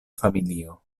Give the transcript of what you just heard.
familio